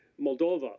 Moldova